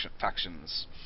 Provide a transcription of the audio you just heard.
factions